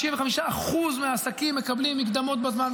95% מהעסקים מקבלים מקדמות בזמן,